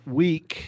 week